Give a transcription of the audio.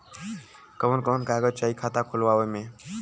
कवन कवन कागज चाही खाता खोलवावे मै?